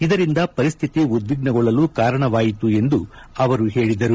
ಇದರಿಂದ ಪರಿಸ್ಹಿತಿ ಉದ್ದಿಗ್ನಗೊಳ್ಳಲು ಕಾರಣವಾಯಿತು ಎಂದು ಹೇಳಿದರು